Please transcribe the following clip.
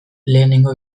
lehenengo